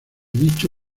dicho